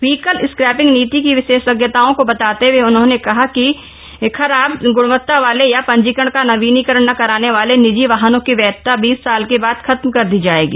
vehicle scrapping नीति की विशेषताओं को बताते हए उन्होंने कहा कि खराब ग्णवत्ता वाले या पंजीकरण का नवीनीकरण न कराने वाले निजी वाहनों की वैधता बीस साल के बाद खत्म कर दी जाएगी